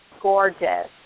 gorgeous